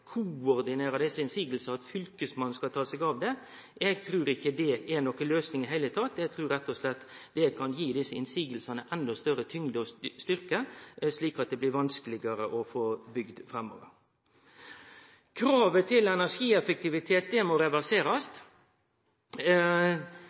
koordinere desse motsegnene, at Fylkesmannen skal ta seg av det. Eg trur ikkje det er noka løysing i det heile. Eg trur rett og slett at det kan gi desse motsegnene endå større tyngd og styrke, slik at det blir vanskelegare å få bygd framover. Kravet til energieffektivitet må